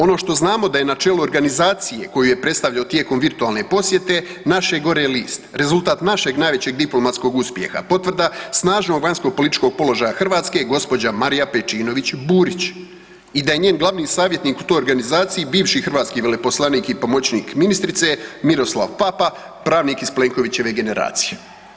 Ono što znamo da je na čelu organizacije koju je predstavljao tijekom virtualne posjete naše gore list, rezultat našeg najvećeg diplomatskog uspjeha, potvrda snažnog vanjskopolitičkog položaja Hrvatske, gđa. Marija Pejčinović Burić i da je njen glavni savjetnik u toj organizaciji bivši hrvatski veleposlanik i pomoćnik ministrice Miroslav Papa, pravnik iz Plenkovićeve generacije.